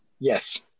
Yes